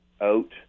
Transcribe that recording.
out